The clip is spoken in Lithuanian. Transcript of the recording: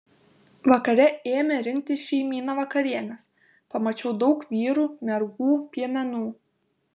vakare ėmė rinktis šeimyna vakarienės pamačiau daug vyrų mergų piemenų